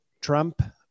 Trump